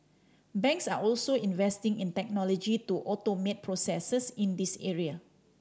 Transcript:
banks are also investing in technology to automate processes in this area